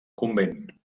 convent